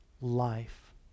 life